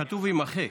כתוב "יימחק".